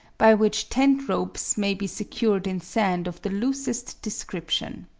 by which tent ropes may be secured in sand of the loosest description.